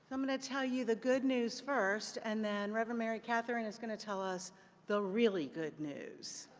so i'm going to tell you the good news first and then reverend mary katherine is going to tell us the really good news.